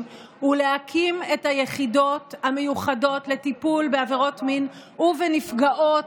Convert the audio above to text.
ולהקים את היחידות המיוחדות לטיפול בעבירות מין ובנפגעות,